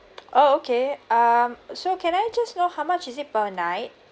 oh okay um so can I just know how much is it per night